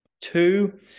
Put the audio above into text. Two